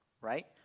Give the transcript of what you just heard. right